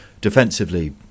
Defensively